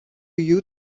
you